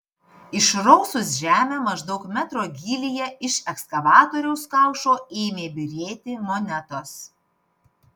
išrausus žemę maždaug metro gylyje iš ekskavatoriaus kaušo ėmė byrėti monetos